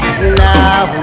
Now